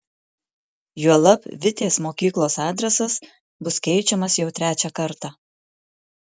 juolab vitės mokyklos adresas bus keičiamas jau trečią kartą